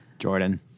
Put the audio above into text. jordan